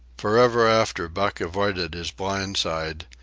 forever after buck avoided his blind side,